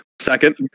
Second